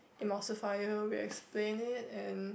emulsifier we explain it and